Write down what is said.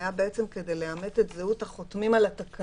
היה בעצם כדי לאמת את זהות החותמים על התקנון.